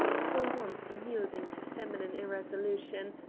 for once yielding to feminine irresolution,